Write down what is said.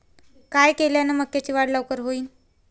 काय केल्यान मक्याची वाढ लवकर होईन?